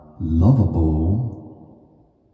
lovable